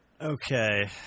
Okay